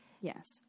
Yes